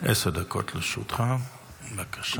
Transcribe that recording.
עשר דקות לרשותך, בבקשה.